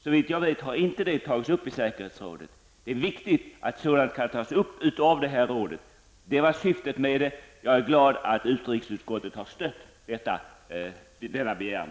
Såvitt jag vet har detta inte tagits upp av säkerhetsrådet. Det är viktigt att sådant kan tas upp, och det är syftet med ett miljöråd. Jag är glad att utrikesutskottet har stött min begäran.